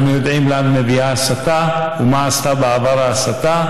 אנחנו יודעים לאן מביאה הסתה ומה עשתה בעבר ההסתה,